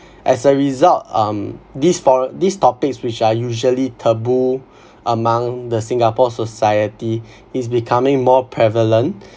as a result um these for these topics which are usually taboo among the singapore society is becoming more prevalent